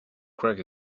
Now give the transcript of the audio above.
craig